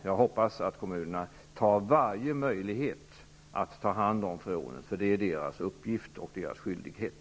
Jag hoppas att kommunerna tar varje möjlighet att ta hand om freonet. Det är deras uppgift och deras skyldighet.